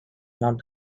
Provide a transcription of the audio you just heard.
not